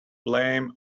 blame